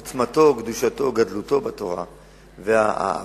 עוצמתו, קדושתו, גדלותו בתורה וביתו,